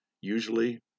usually